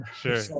Sure